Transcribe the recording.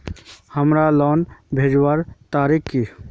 हमार लोन भेजुआ तारीख की?